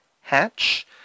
hatch